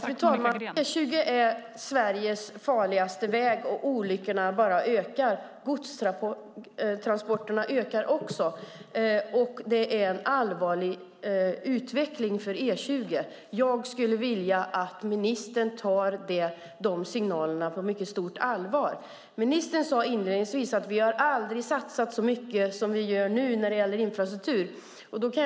Fru talman! Det är en allvarlig utveckling för E20. Jag skulle vilja att ministern tog de signalerna på mycket stort allvar. Ministern sade inledningsvis att vi aldrig har satsat så mycket som nu när det gäller infrastruktur.